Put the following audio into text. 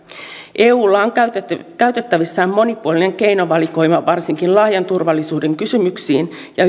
eulla on käytettävissään monipuolinen keinovalikoima varsinkin laajan turvallisuuden kysymyksiin ja